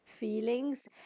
feelings